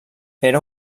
era